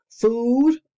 Food